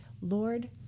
Lord